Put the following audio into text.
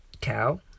cow